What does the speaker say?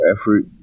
effort